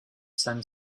send